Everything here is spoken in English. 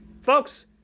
Folks